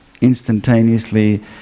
instantaneously